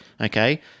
Okay